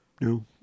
No